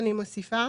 נכון.